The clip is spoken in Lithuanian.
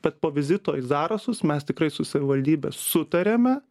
bet po vizito į zarasus mes tikrai su savivaldybe sutarėme